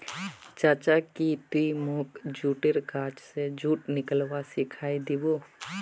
चाचा की ती मोक जुटेर गाछ स जुट निकलव्वा सिखइ दी बो